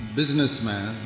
businessman